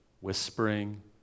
whispering